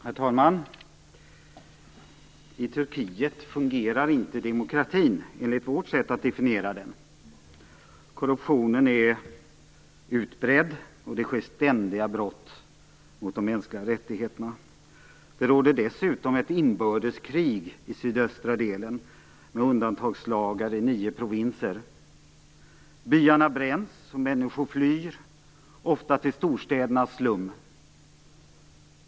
Herr talman! I Turkiet fungerar inte demokratin, enligt vårt sätt att definiera den. Korruptionen är utbredd, och det sker ständiga brott mot de mänskliga rättigheterna. Det råder dessutom ett inbördeskrig i sydöstra delen, med undantagslagar i nio provinser. Byarna bränns och människor flyr, ofta till storstädernas slum.